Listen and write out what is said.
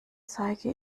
zeige